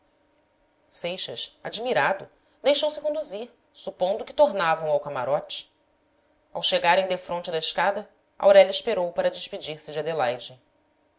seixas admirado deixou-se conduzir supondo que tornavam ao camarote ao chegarem defronte da escada aurélia esperou para despedir-se de adelaide